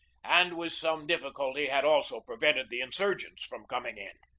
and with some difficulty had also prevented the in surgents from coming in.